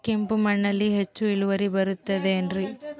ಕೆಂಪು ಮಣ್ಣಲ್ಲಿ ಹೆಚ್ಚು ಇಳುವರಿ ಬರುತ್ತದೆ ಏನ್ರಿ?